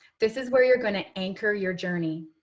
this is where you're going to anchor your journey.